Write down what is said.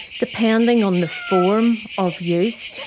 depending on the form of use,